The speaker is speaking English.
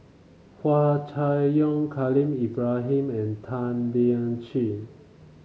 Hua Chai Yong Khalil Ibrahim and Tan Lian Chye